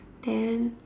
then